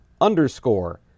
underscore